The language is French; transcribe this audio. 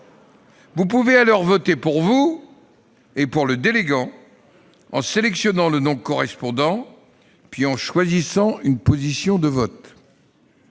Vous pouvez alors voter pour vous-même et pour le délégant en sélectionnant le nom correspondant, puis en choisissant une position de vote.